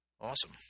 Awesome